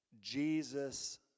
Jesus